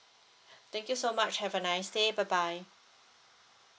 thank you so much have a nice day bye bye